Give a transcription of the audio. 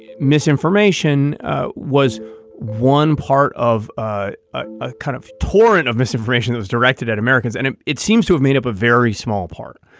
misinformation was one part of ah a kind of torrent of misinformation that is directed at americans, and it it seems to have made up a very small part.